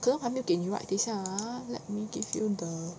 可能还没给你 right 等下 ha let me give you the